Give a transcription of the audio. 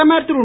பிரதமர் திரு